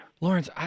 Lawrence